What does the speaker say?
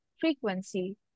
frequency